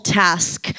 task